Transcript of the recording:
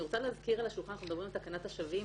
אני רוצה להזכיר שאאנחנו מדברים על תקנת השבים,